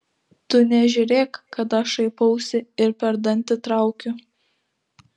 tu nežiūrėk kad aš šaipausi ir per dantį traukiu